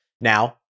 Now